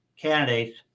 candidates